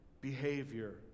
behavior